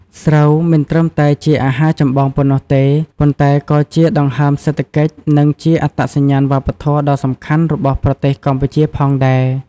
ស្រូវ មិនត្រឹមតែជាអាហារចម្បងប៉ុណ្ណោះទេ ប៉ុន្តែក៏ជាដង្ហើមសេដ្ឋកិច្ច និងជាអត្តសញ្ញាណវប្បធម៌ដ៏សំខាន់របស់ប្រទេសកម្ពុជាផងដែរ។